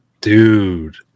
Dude